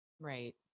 Right